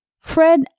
Fred